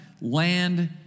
land